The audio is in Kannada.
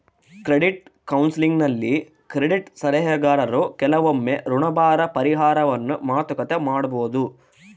ಕ್ರೆಡಿಟ್ ಕೌನ್ಸೆಲಿಂಗ್ನಲ್ಲಿ ಕ್ರೆಡಿಟ್ ಸಲಹೆಗಾರರು ಕೆಲವೊಮ್ಮೆ ಋಣಭಾರ ಪರಿಹಾರವನ್ನು ಮಾತುಕತೆ ಮಾಡಬೊದು